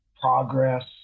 progress